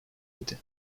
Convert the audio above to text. idi